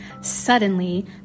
Suddenly